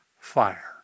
fire